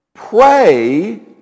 Pray